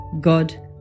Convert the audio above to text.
God